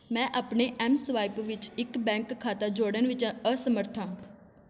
ਮੈਂ ਆਪਣੇ ਐੱਮਸਵਾਇਪ ਵਿੱਚ ਇੱਕ ਬੈਂਕ ਖਾਤਾ ਜੋੜਨ ਵਿੱਚ ਅਸਮਰੱਥ ਹਾਂ